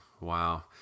wow